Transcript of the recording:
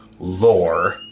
Lore